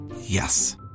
Yes